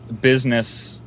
business